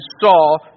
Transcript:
saw